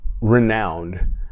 renowned